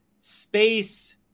space